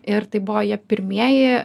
ir tai buvo jie pirmieji